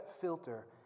filter